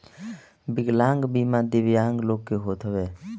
विकलांग बीमा दिव्यांग लोग के होत हवे